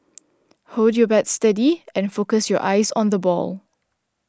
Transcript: hold your bat steady and focus your eyes on the ball